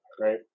right